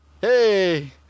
Hey